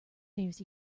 famous